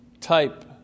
type